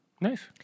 Nice